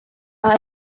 are